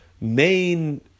main